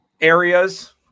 areas